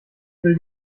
will